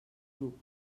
club